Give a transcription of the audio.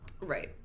Right